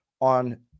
on